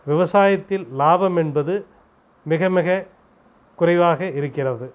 விவசாயத்தில் லாபம் என்பது மிக மிக குறைவாக இருக்கிறது